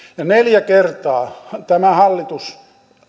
neljä kertaa tämä hallitus